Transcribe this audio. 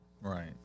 Right